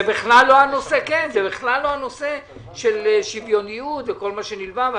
זה בכלל לא הנושא של שוויוניות וכל מה שנלווה לזה.